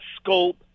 scope